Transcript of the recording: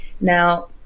now